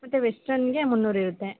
ಮತ್ತೆ ವೆಸ್ಟರ್ನ್ನಿಗೆ ಮುನ್ನೂರು ಇರುತ್ತೆ